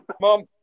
Mom